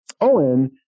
Owen